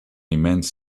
immense